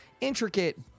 intricate